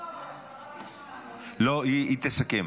--- השרה ביקשה --- לא, היא תסכם.